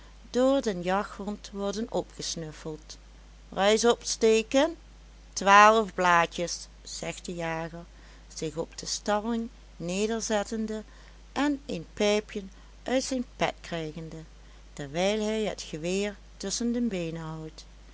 door den jachthond worden opgesnuffeld rais opsteken twaalf blaadjes zegt de jager zich op de stalling nederzettende en een pijpjen uit zijn pet krijgende terwijl hij het geweer tusschen de beenen houdt